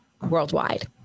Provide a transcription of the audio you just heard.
worldwide